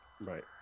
Right